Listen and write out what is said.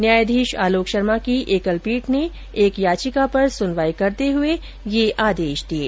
न्यायाधीश आलोक शर्मा की एकल पीठ ने एक याचिका पर सुनवाई करते हुए ये आदेश दिये